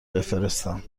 بفرستم